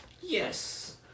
Yes